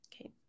Okay